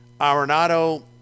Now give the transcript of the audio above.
Arenado